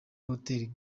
hotel